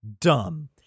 Dumb